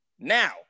Now